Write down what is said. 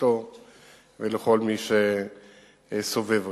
למשפחתו ולכל מי שסובב אותו.